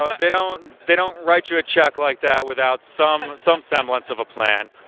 ah they don't they don't write you a check like that without some and some semblance of a plan.